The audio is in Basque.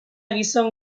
gizon